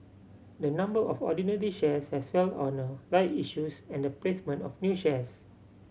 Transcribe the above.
the number of ordinary shares has swelled on a right issues and the placement of new shares